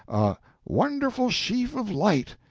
a wonderful sheaf of light,